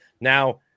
Now